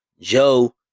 Joe